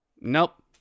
Nope